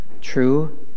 True